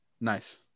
Nice